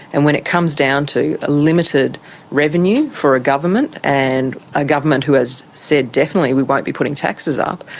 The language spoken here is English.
and when it comes down to a limited revenue for a government and a government who has said definitely we won't be putting taxes up,